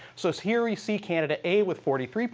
so so here we see kennedy a with forty three,